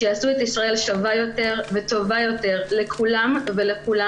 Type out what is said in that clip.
שיעשו את ישראל שווה יותר וטובה יותר לכולם ולכולן.